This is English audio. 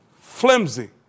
flimsy